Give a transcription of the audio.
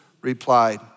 replied